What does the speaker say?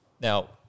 Now